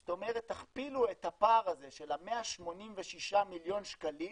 זאת אומרת תכפילו את הפער הזה של ה-168 מיליון שקלים